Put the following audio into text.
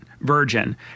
virgin